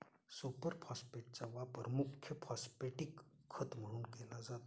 super फॉस्फेटचा वापर मुख्य फॉस्फॅटिक खत म्हणून केला जातो